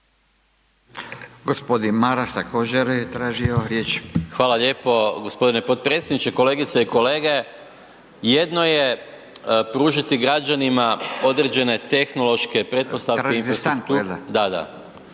Hvala lijepo gospodine potpredsjedniče. Kolegice i kolege jedno je pružiti građanima određene tehnološke pretpostavke …/Upadica: